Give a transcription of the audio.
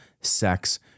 sex